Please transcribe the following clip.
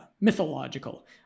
mythological